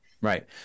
Right